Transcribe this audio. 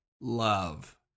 love